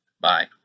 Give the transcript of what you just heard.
Bye